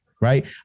Right